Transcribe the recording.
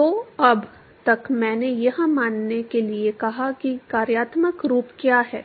तो अब तक मैंने यह मानने के लिए कहा कि कार्यात्मक रूप क्या है